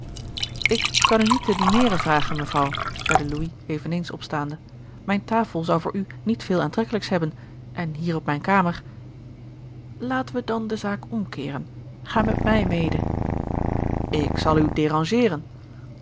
ik kan u niet te dineeren vragen mevrouw zeide gerard keller het testament van mevrouw de tonnette louis eveneens opstaande mijn tafel zou voor u niet veel aantrekkelijks hebben en hier op mijn kamer laten we dan de zaak omkeeren ga met mij mede ik zal u